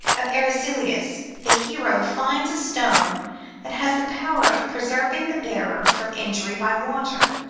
of eraclius, the hero finds a stone that has the power of preserving the bearer from injury by water.